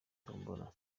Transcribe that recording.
tombora